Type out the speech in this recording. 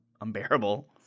unbearable